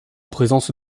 présence